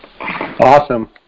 Awesome